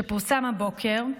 שפורסם הבוקר,